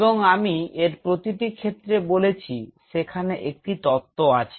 এবং আমি এর প্রতিটি ক্ষেত্রে বলেছি সেখানে একটি তত্ত্ব আছে